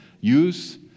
use